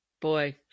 Boy